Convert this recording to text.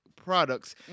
Products